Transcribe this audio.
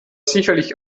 sicherlich